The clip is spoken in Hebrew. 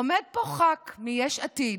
עומד פה ח"כ מיש עתיד,